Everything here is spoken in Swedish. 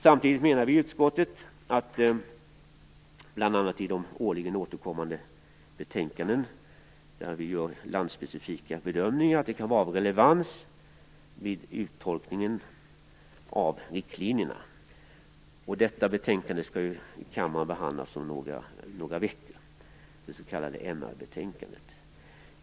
Samtidigt menar vi att utskottet, bl.a. i årligen återkommande betänkanden, gör landspecifika bedömningar som kan vara av relevans vid uttolkningen av riktlinjerna. Detta betänkande, det s.k. MR-betänkandet, skall ju behandlas i kammaren om några veckor.